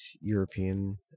European